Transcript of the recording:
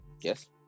Yes